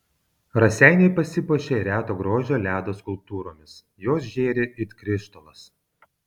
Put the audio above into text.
raseiniai pasipuošė reto grožio ledo skulptūromis jos žėri it krištolas